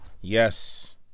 Yes